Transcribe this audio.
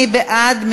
מי בעד?